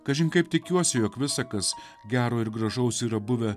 kažin kaip tikiuosi jog visa kas gero ir gražaus yra buvę